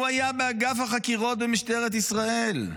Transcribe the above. הוא היה באגף החקירות במשטרת ישראל.